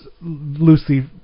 loosely